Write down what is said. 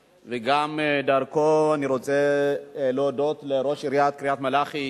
דרכו אני רוצה להודות לראש עיריית קריית-מלאכי,